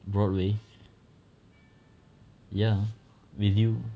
broadway ya with you